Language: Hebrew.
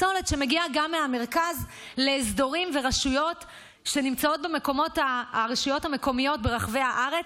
פסולת שמגיעה גם מהמרכז לאזורים ולרשויות המקומיות ברחבי הארץ,